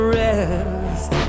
rest